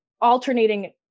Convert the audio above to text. alternating